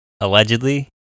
allegedly